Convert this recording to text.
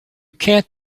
can’t